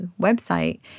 website